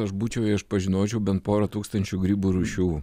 aš būčiau jei aš pažinočiau bent porą tūkstančių grybų rūšių